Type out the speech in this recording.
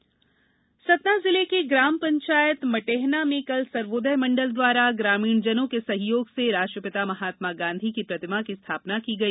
गांधी प्रतिमा सतना जिले के ग्राम पंचायत मटेहना में कल सर्वोदय मंडल द्वारा ग्रामीणजनों के सहयोग से राष्ट्रपिता महात्मा गांधी की प्रतिमा की स्थापना की गई